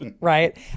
Right